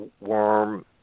Worm